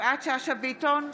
יפעת שאשא ביטון,